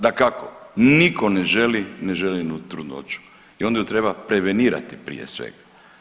Dakako, nitko ne želi neželjenu trudnoću i onda ju treba prevenirati prije svega.